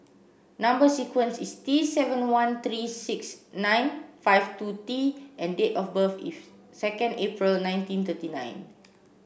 number sequence is T seven one three six nine five two T and date of birth is second April nineteen thirty nine